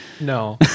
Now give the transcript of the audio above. No